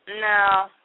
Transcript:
No